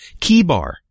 Keybar